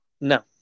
No